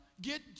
get